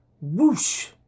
Whoosh